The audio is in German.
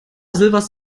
sievers